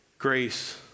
grace